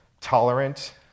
tolerant